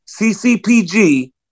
CCPG